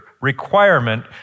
requirement